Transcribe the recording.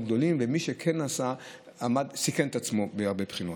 ומי שכן נסע סיכן את עצמו מהרבה בחינות.